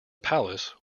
palace